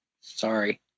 sorry